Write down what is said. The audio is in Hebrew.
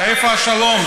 איפה השלום?